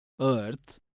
earth